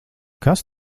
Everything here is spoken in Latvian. kas